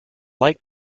like